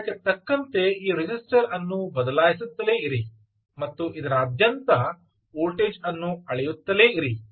ಮತ್ತು ಅದಕ್ಕೆ ತಕ್ಕಂತೆ ಈ ರಿಜಿಸ್ಟರ್ ಅನ್ನು ಬದಲಾಯಿಸುತ್ತಲೇ ಇರಿ ಮತ್ತು ಇದರಾದ್ಯಂತ ವೋಲ್ಟೇಜ್ ಅನ್ನು ಅಳೆಯುತ್ತಲೇ ಇರಿ